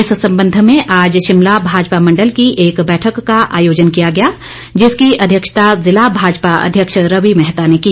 इस संबंध में आज शिमला भाजपा मंडल की एक बैठक का आयोजन किया गया जिसकी अध्यक्षता ज़िला भाजपा अध्यक्ष रवि मैहता ने की